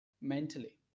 mentally